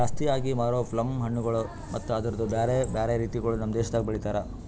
ಜಾಸ್ತಿ ಆಗಿ ಮಾರೋ ಪ್ಲಮ್ ಹಣ್ಣುಗೊಳ್ ಮತ್ತ ಅದುರ್ದು ಬ್ಯಾರೆ ಬ್ಯಾರೆ ರೀತಿಗೊಳ್ ನಮ್ ದೇಶದಾಗ್ ಬೆಳಿತಾರ್